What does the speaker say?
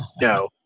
No